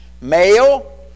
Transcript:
Male